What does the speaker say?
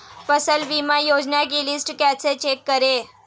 फसल बीमा योजना की लिस्ट कैसे चेक करें?